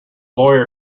lawyer